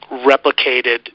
replicated